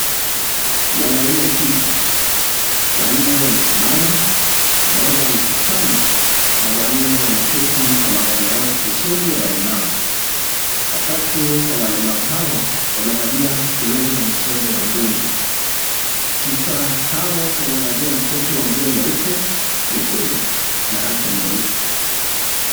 Wanaume tisa. Wanne wamesimama, mmoja amechutama na wanne wameketi kwa magari yao spesheli ya walemavu . Watatu wa walemavu hao wamevalia glovu za michezo wa ndondi. Tisa hao wamevalia mseto wa nguo nyeupe, nyekundu na hata nyeusi.